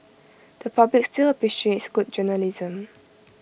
the public still appreciates good journalism